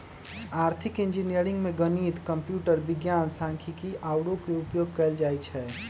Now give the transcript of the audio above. आर्थिक इंजीनियरिंग में गणित, कंप्यूटर विज्ञान, सांख्यिकी आउरो के उपयोग कएल जाइ छै